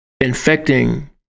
infecting